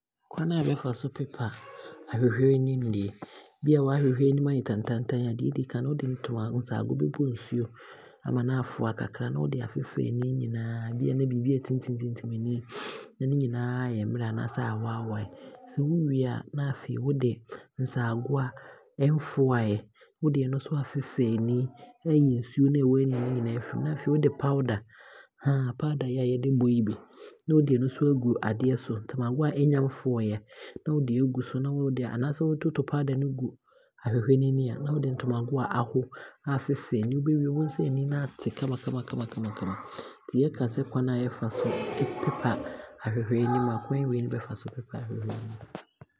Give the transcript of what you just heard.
Kwane a yɛfa so popa aahwehwɛ anim nie, bia waahwehwɛ anim aayɛ tantaanntan, deɛ ɔdi kan nie, wode ntomago, nsaago bɛbɔ nsuo ama no aafoa kakra, ne wode afefa ani nyinaa bia ne biibi aatintim tintim ani, na ne nyinaa aayɛ merɛ anaasɛ aawaawae. Sɛ wowie a, na afei wode nsaago a ɛmfoaaeɛ, wode ɛno nso aafefa ani de aayi fii noaa ɛwɔ ani no nyinaa, na afei wode powder powder a yɛbɔ yi bi, na wode ɛno nso aagu adeɛ so, nsaago a ɛmfoaaeɛ na wode aagu so, na wode anaasɛ wototo powder no gu ahwehwɛ no ani a, na wode ntomago a aho aafefa ani nti wobɛwie no na ani no aate kama kama kama kama. Nti yɛka sɛ kwane a yɛfa so popa ahwehwɛ anim a, kwan wei na yɛfa so.